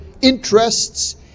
interests